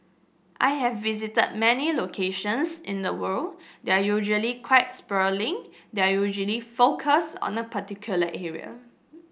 I have visited many locations in the world they're usually quite sprawling they're usually focused on a particular area